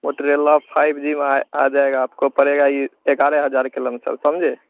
Motorola five G आय आ जाएगा आपको पड़ेगा यह ग्यारह हज़ार के लम सम समझे